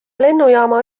lennujaama